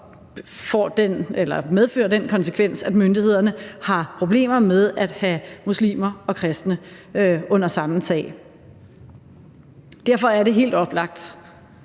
og det har den konsekvens, at myndighederne har problemer med at have muslimer og kristne under samme tag. Derfor er det helt oplagt,